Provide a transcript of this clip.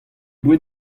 boued